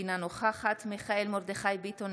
אינה נוכחת מיכאל מרדכי ביטון,